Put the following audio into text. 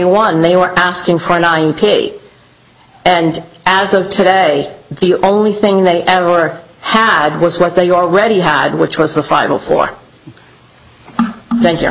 one they were asking for ninety and as of today the only thing they ever had was what they already had which was the bible for thank you